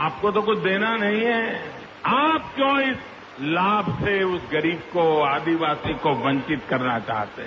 आपको तो कुछ देना नहीं है आप क्यों इस लाभ से उस गरीब को आदिवासी को वंचित करना चाहते हैं